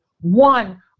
one